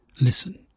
listen